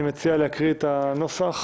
אני מציע להקריא את הנוסח.